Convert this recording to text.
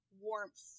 warmth